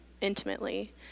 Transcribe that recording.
intimately